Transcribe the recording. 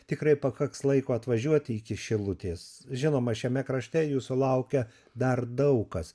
tikrai pakaks laiko atvažiuoti iki šilutės žinoma šiame krašte jūsų laukia dar daug kas